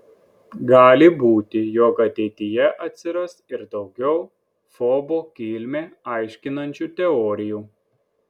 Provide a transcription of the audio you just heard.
gali būti jog ateityje atsiras ir daugiau fobo kilmę aiškinančių teorijų